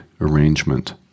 arrangement